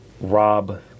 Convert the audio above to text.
Rob